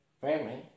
Family